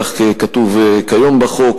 כך כתוב היום בחוק,